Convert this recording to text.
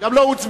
וגם לא הוצבעה.